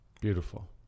beautiful